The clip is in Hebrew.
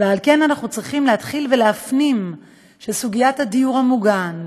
על כן אנחנו צריכים להתחיל ולהפנים שסוגיית הדיור המוגן,